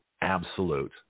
absolute